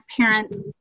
parents